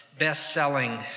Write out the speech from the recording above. best-selling